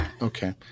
Okay